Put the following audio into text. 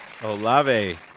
Olave